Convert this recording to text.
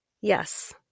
Yes